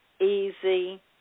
easy